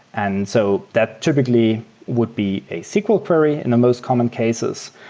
and so that typically would be a sql query in the most common cases.